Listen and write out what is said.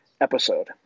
episode